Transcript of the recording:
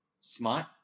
smart